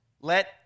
let